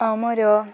ଆମର